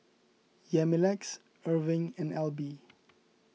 Yamilex Erving and Alby